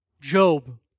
Job